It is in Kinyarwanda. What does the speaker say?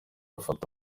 afata